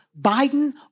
Biden